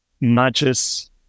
matches